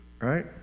right